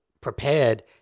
prepared